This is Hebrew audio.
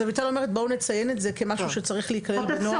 אז אביטל אומרת בואו נציין את זה כמשהו שצריך להיכנס לנוהל